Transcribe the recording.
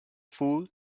fool